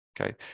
Okay